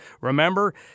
Remember